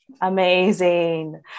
Amazing